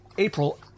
April